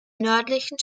nördlichen